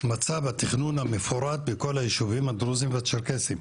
מצב התכנון המפורט בכל היישובים הדרוזים והצ'רקסים.